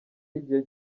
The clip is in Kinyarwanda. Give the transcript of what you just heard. y’igihe